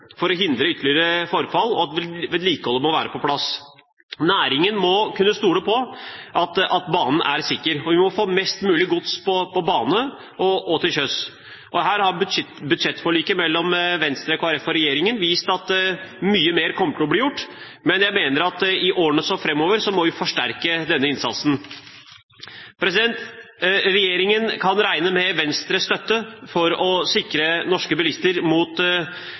for å hindre ytterligere forfall, og vedlikeholdet må være på plass. Næringen må kunne stole på at banen er sikker, og vi må få mest mulig gods på bane og til sjøs. Her har budsjettforliket mellom Venstre, Kristelig Folkeparti og regjeringen vist at mye mer kommer til å bli gjort, men i årene framover må vi forsterke denne innsatsen. Regjeringen kan regne med Venstres støtte til å sikre norske bilister mot